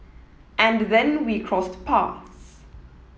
and then we crossed paths